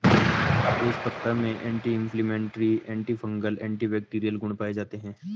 तेजपत्ता में anti inflammatory, antifungal, antibacterial गुण पाये जाते है